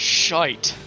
shite